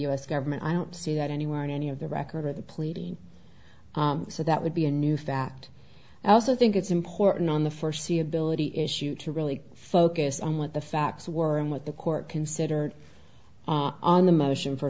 us government i don't see that anywhere in any of the record or the pleading so that would be a new fact i also think it's important on the foreseeability issue to really focus on what the facts were and what the court considered on the motion for